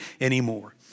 anymore